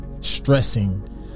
stressing